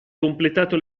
completato